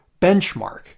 benchmark